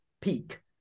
peak